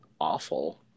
awful